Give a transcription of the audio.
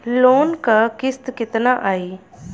Loan क किस्त कितना आई?